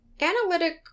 Analytic